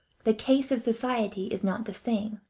the case of society is not the same.